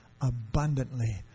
abundantly